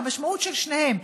והמשמעות של שתיהן,